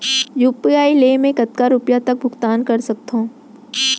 UPI ले मैं कतका रुपिया तक भुगतान कर सकथों